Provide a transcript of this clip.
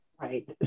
Right